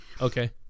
Okay